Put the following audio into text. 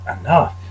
enough